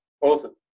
awesome